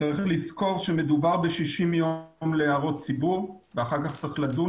צריך לזכור שמדובר ב-60 יום להערות ציבור ואחר כך צריך לדון